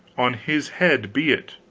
on his head be it.